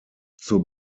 zur